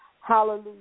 Hallelujah